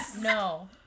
no